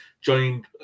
joined